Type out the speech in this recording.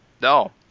No